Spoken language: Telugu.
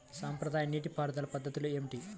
సాంప్రదాయ నీటి పారుదల పద్ధతులు ఏమిటి?